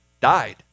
died